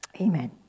Amen